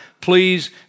please